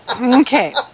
Okay